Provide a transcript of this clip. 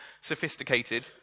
sophisticated